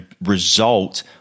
result